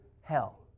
hell